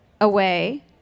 away